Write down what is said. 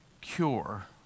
cure